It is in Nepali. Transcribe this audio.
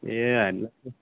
ए हजुर